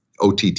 OTT